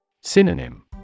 Synonym